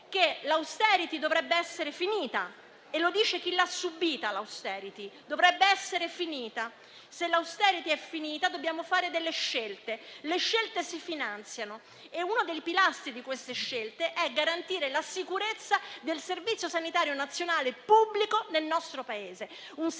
che l'*austerity* dovrebbe essere finita e questo lo dice chi l'*austerity* l'ha subita. Se l'*austerity* è finita dobbiamo fare delle scelte; le scelte si finanziano e uno dei pilastri di queste scelte è garantire la sicurezza del Servizio sanitario nazionale pubblico nel nostro Paese.